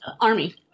Army